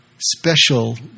Special